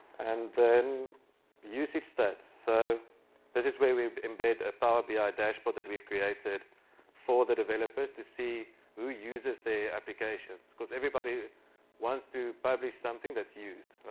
and then usage stats. so this is where we embed a power bi ah dashboard that we have created for the developers to see who uses the applications, because everybody wants to publish something that's used,